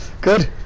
Good